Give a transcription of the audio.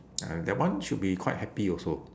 I mean that one should be quite happy also